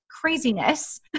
craziness